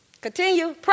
Continue